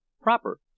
proper